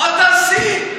מה תעשי,